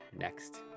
next